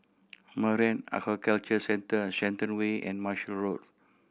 Marine Aquaculture Centre Shenton Way and Marshall Road